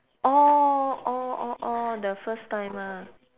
orh orh orh orh the first time ah